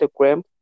Instagram